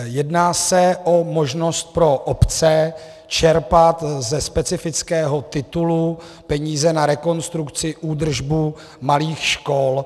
Jedná o možnost pro obce čerpat ze specifického titulu peníze na rekonstrukci, údržbu malých škol.